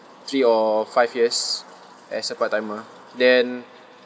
three or five years as a part timer then